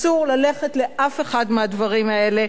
אסור ללכת לאף אחד מהדברים האלה,